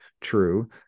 true